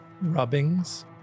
rubbings